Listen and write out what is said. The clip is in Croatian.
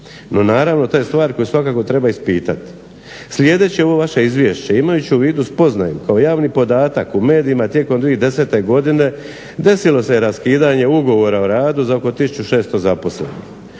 No naravno to je stvar koju svakako treba ispitati. Sljedeće ovo vaše izvješće imajući u vidu spoznaju kao javni podatak u medijima tijekom 2010. godine desilo se raskidanje ugovora o radu za oko 1600 zaposlenih.